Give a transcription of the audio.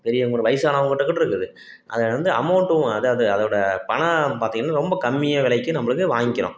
பெரியவங்க வயசானவங்கக்கிட்ட கூட இருக்குது அதுலேருந்து அமௌண்ட்டும் அதாவது அதோடய பணம் பார்த்திங்கன்னா ரொம்ப கம்மியாக விலைக்கு நம்மளுக்கு வாங்கிக்கிறோம்